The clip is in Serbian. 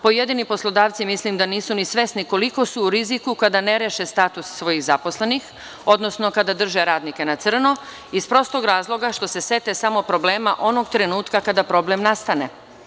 Pojedini poslodavci mislim da nisu ni svesni koliko su u riziku kada ne reše status svojih zaposlenih, odnosno kada drže radnike na crno, iz prostog razloga što se sete samo problema onog trenutka kada problem nastane.